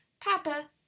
Papa